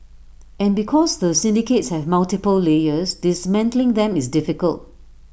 and because the syndicates have multiple layers dismantling them is difficult